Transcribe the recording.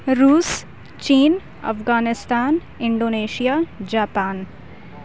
روس چین Afghanistan Indonesia Japan